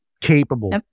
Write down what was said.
capable